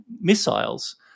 missiles